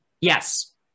Yes